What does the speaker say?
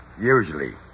Usually